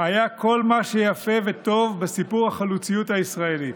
היה כל מה שיפה וטוב בסיפור החלוציות הישראלית.